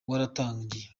waratangiye